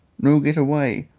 no get way!